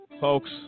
Folks